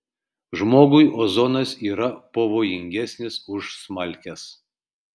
žmogui ozonas yra pavojingesnis už smalkes